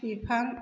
बिफां